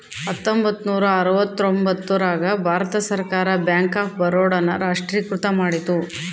ಹತ್ತೊಂಬತ್ತ ನೂರ ಅರವತ್ತರ್ತೊಂಬತ್ತ್ ರಾಗ ಭಾರತ ಸರ್ಕಾರ ಬ್ಯಾಂಕ್ ಆಫ್ ಬರೋಡ ನ ರಾಷ್ಟ್ರೀಕೃತ ಮಾಡಿತು